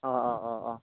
অঁ অঁ অঁ অঁ